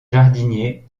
jardinier